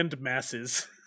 masses